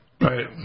Right